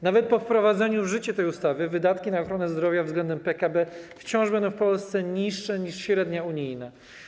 Nawet po wprowadzeniu w życie tej ustawy wydatki na ochronę zdrowia względem PKB wciąż będą w Polsce niższe niż średnia unijna.